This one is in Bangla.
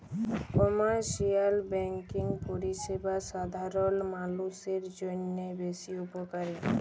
কমার্শিয়াল ব্যাঙ্কিং পরিষেবা সাধারল মালুষের জন্হে বেশ উপকারী